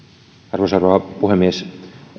arvoisa rouva puhemies